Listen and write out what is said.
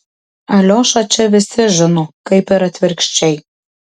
aliošą čia visi žino kaip ir atvirkščiai